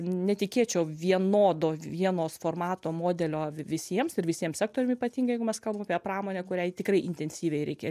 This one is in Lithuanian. netikėčiau vienodo vienos formato modelio visiems ir visiems sektoriam ypatingai jeigu mes kalbam apie pramonę kuriai tikrai intensyviai reikia